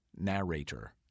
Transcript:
narrator